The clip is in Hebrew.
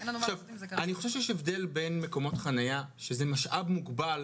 אני חושב שיש הבדל בין מקומות חנייה שזה משאב מוגבל